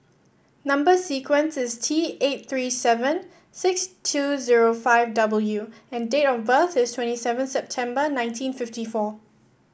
number sequence is T eight three seven six two zero five W and date of birth is twenty seven September nineteen fifty four